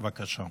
בבקשה.